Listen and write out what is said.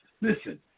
Listen